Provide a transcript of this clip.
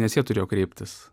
nes jie turėjo kreiptis